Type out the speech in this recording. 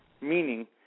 meaning